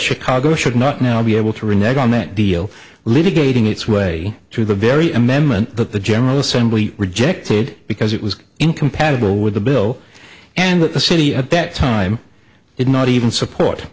chicago should not now be able to renege on that deal litigating its way through the very amendment that the general assembly rejected because it was incompatible with the bill and that the city at that time did not even support